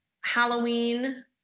halloween